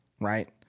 Right